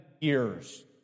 years